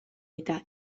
eta